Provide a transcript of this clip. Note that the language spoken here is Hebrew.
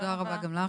תודה רבה גם לך,